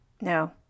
no